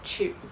cheap